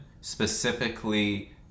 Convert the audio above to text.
specifically